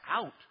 out